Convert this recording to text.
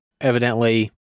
evidently